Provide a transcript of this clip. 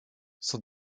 son